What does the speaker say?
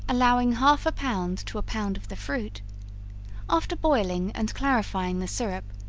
allowing half a pound to a pound of the fruit after boiling and clarifying the syrup,